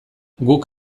guk